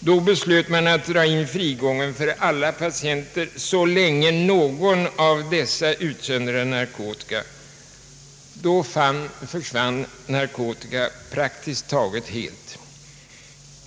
Då beslöt man att dra in frigången för alla patienter så länge någon av dem utsöndrade narkotika. Då försvann narkotika praktiskt taget helt.